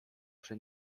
przy